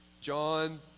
John